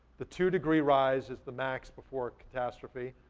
the two degree rise is the max before catastrophe.